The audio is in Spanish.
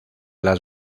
las